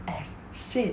as shit